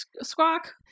squawk